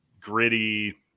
gritty